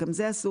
גם זה אסור.